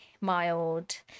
mild